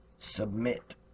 submit